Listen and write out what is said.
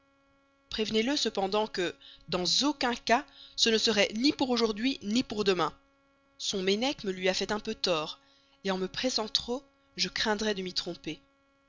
prévenez-le cependant que dans aucun cas ce ne serait ni pour aujourd'hui ni pour demain son ménechme lui a fait un peu tort en me pressant trop je craindrais de m'y tromper